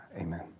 Amen